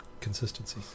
consistency